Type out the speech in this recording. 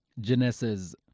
Genesis